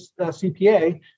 CPA